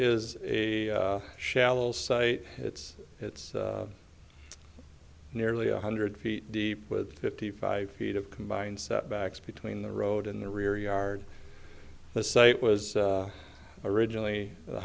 is a shallow site it's it's nearly one hundred feet deep with fifty five feet of combined set backs between the road in the rear yard the site was originally the